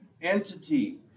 entity